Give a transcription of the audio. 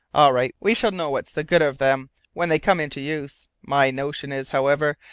all right, we shall know what's the good of them when they come into use. my notion is, however,